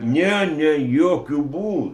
ne ne jokiu bū